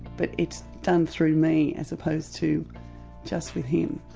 but it's done through me as opposed to just with him.